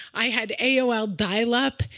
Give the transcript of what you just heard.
i had aol dial-up.